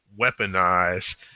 weaponize